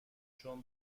چون